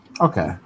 Okay